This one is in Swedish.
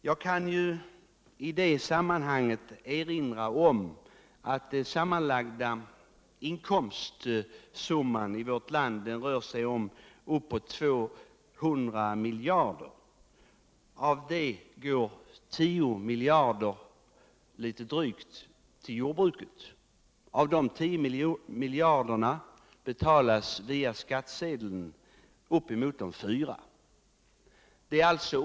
Jag vill i detta sammanhang erinra om att den sammanlagda inkomstsumman i vårt land rör sig om uppåt 200 miljarder. Av detta går litet drygt 10 miljarder till jordbruket, och uppemot 4 miljarder av dessa betalas in till staten 1 form av skatt.